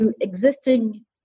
existing